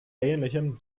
ähnlichem